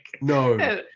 No